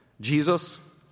Jesus